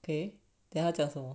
K then 他讲什么